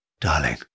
Darling